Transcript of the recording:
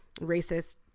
racist